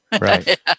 Right